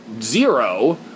zero